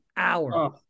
Hour